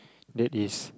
that is